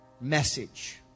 message